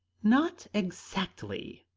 not exactly.